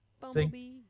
Bumblebee